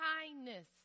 kindness